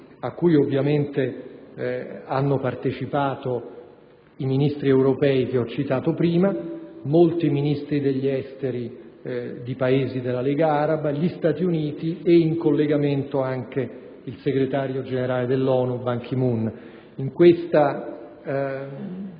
hanno ovviamente partecipato i Ministri europei dei Paesi citati in precedenza, molti Ministri degli esteri di Paesi della Lega araba, gli Stati Uniti e - in collegamento - anche il segretario generale dell'ONU Ban Ki-Moon.